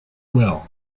well